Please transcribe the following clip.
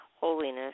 holiness